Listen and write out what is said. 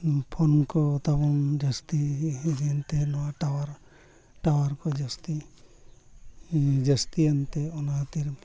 ᱠᱚ ᱛᱟᱵᱚᱱ ᱡᱟᱹᱥᱛᱤ ᱦᱩᱭᱮᱱᱛᱮ ᱱᱚᱣᱟ ᱠᱚ ᱡᱟᱹᱥᱛᱤ ᱡᱟᱹᱥᱛᱤᱭᱮᱱ ᱛᱮ ᱚᱱᱟᱛᱮ